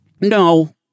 no